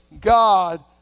God